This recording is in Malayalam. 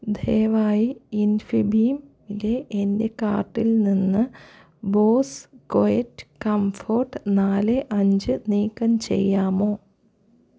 ദയവായി ഇൻഫിബീമിലെ എൻ്റെ കാർട്ടിൽ നിന്ന് ബോസ് ക്വയറ്റ് കംഫേർട്ട് നാല് അഞ്ച് നീക്കം ചെയ്യാമോ